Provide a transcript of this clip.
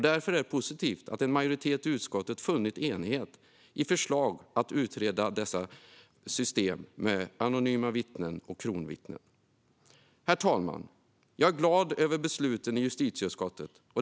Därför är det positivt att en majoritet i utskottet funnit enighet i förslagen att utreda system med anonyma vittnen och kronvittnen. Herr talman! Jag är glad över beslutet i justitieutskottet.